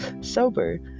sober